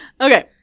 Okay